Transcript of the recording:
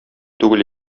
түгел